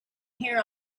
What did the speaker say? here